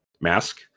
mask